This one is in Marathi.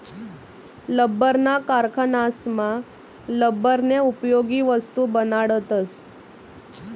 लब्बरना कारखानासमा लब्बरन्या उपयोगी वस्तू बनाडतस